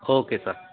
okay sir